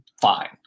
fine